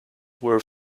were